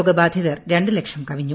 രോഗബാധിതർ രണ്ട് ലക്ഷം കവിഞ്ഞു